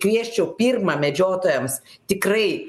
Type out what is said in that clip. kviesčiau pirma medžiotojams tikrai